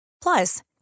Plus